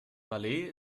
malé